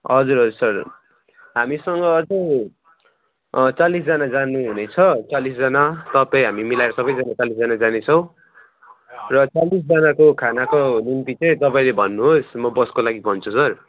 हजुर हजुर सर हामीसँग अझै चालिसजना जानु हुनेछ चालिसजना तपाईँ हामी मिलाएर सबैजना चालिसजना जानेछौँ र चालिसजनाको खानाको निम्ति चाहिँ तपाईँले भन्नुहोस् म बसको लागि भन्छु सर